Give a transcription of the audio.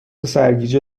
سرگیجه